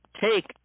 take